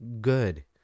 good